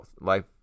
life